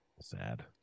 Sad